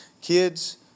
kids